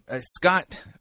Scott